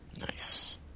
Nice